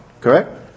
Correct